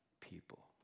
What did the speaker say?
people